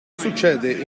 succede